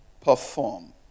perform